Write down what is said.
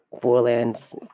Borderlands